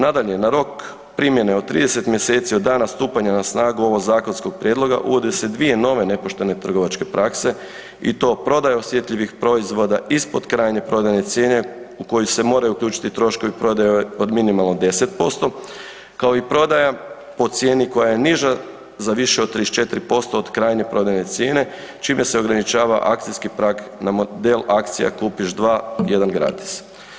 Nadalje, na rok primjene od 30 mj. od danas stupanja na snagu ovog zakonskog prijedloga, uvode se dvije nepoštene trgovačke prakse i to prodaja osjetljivih proizvoda ispod krajnje prodajne cijene u koju se moraju uključiti troškovi prodaje od minimalno 10% kao i prodaja po cijeni koja je niža za više od 34% od krajnje prodajne cijene čime se ograničava akcijski prag na model akcija „kupiš 2, jedan gratis“